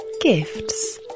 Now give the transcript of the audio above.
gifts